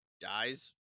dies